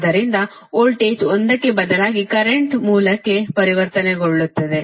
ಆದ್ದರಿಂದ ವೋಲ್ಟೇಜ್ ಒಂದಕ್ಕೆ ಬದಲಾಗಿ ಕರೆಂಟ್ ಮೂಲಕ್ಕೆ ಪರಿವರ್ತನೆಗೊಳ್ಳುತ್ತದೆ